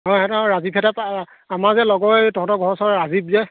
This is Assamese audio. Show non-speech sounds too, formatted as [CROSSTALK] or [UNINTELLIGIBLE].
হয় সেইটো [UNINTELLIGIBLE] আমাৰ যে লগৰ তহঁতৰ ঘৰৰ ওচৰৰ ৰাজিব যে